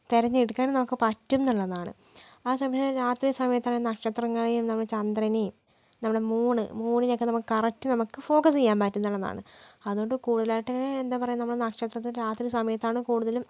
തെരഞ്ഞെടുക്കാൻ നമുക്ക് പറ്റും എന്നുള്ളതാണ് ആ സമയം രാത്രി സമയത്താണ് നക്ഷത്രങ്ങളേയും നമ്മൾ ചന്ദ്രനേയും നമ്മുടെ മൂണ് മൂണിനെയൊക്കേ നമുക്ക് കറക്റ്റ് നമുക്ക് ഫോക്കസ് ചെയ്യാൻ പറ്റുംന്നുള്ളതാണ് അതുകൊണ്ട് കൂടുതലായിട്ട് എന്താ പറയാ നമ്മൾ നക്ഷത്രത്തെ രാത്രി സമയത്താണ് കൂടുതലും